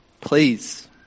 please